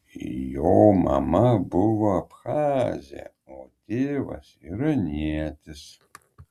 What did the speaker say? jo mama buvo abchazė o tėvas iranietis